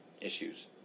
issues